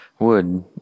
wood